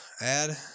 add